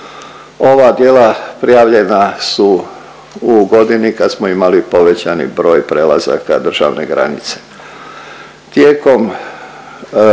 Ova djela prijavljena su u godini kad smo imali povećani broj prelazaka državne granice.